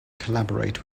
collaborate